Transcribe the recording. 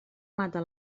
mata